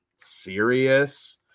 serious